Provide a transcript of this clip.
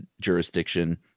jurisdiction